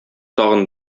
тагын